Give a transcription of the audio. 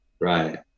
Right